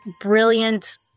brilliant